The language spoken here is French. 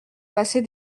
passer